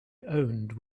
owned